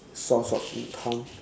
source of income